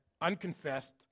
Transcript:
unconfessed